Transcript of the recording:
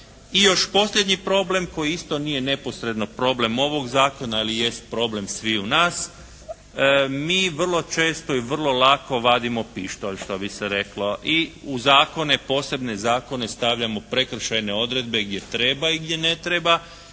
I još posljednji problem koji isto nije neposredno problem ovog zakona ali jest problem sviju nas. Mi vrlo često i vrlo lako vadimo pištolj što bi se reklo. I u zakone, posebne zakone stavljamo prekršajne odredbe gdje treba i gdje ne treba,